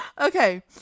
okay